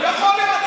יכול להיות.